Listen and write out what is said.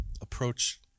approach